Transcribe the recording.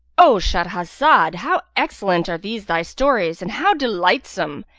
o shahrazad, how excellent are these thy stories, and how delightsome!